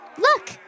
Look